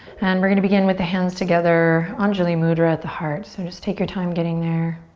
and we're going to begin with the hands together, anjuli mudra at the heart. so just take your time getting there.